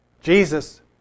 Jesus